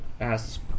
ask